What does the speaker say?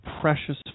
precious